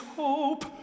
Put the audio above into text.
hope